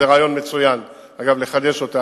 זה רעיון מצוין לחדש אותה,